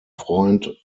freund